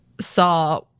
saw